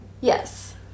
Yes